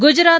Gujarat